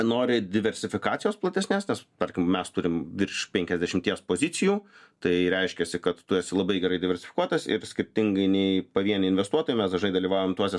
nori diversifikacijos platesnės nes tarkim mes turim virš penkiasdešimties pozicijų tai reiškiasi kad tu esi labai gerai diversifikuotas ir skirtingai nei pavieniai investuotojai mes dažnai dalyvaujam tuose